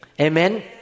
Amen